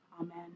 Amen